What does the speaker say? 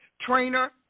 trainer